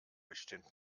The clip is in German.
bestimmt